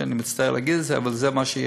שאני מצטער להגיד את זה אבל זה מה שיהיה,